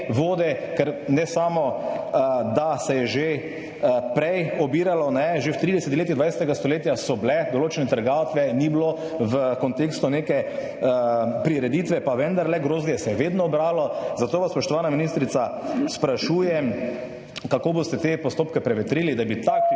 vode, ker ne samo, da se je že prej obiralo, že v 30. letih 20. stoletja so bile določene trgatve, ni bilo v kontekstu neke prireditve, pa vendarle se je grozdje vedno bralo. Zato vas, spoštovana ministrica, sprašujem: Kako boste te postopke prevetrili, da bi taki